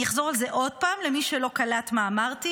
אני אחזור על זה עוד פעם, למי שלא קלט מה אמרתי: